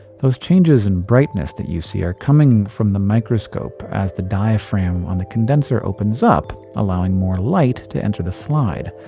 those changes in brightness that you see are coming from the microscope as the diaphragm on the condenser opens up, allowing more light to enter the slide.